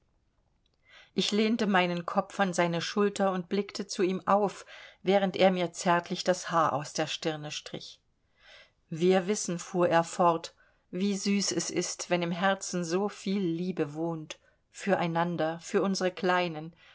ich lehnte meinen kopf an seine schulter und blickte zu ihm auf während er mir zärtlich das haar aus der stirne strich wir wissen fuhr er fort wie süß es ist wenn im herzen so viel liebe wohnt für einander für unsere kleinen